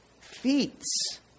feats